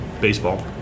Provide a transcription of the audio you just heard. Baseball